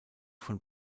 von